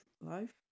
life